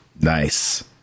Nice